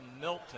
Milton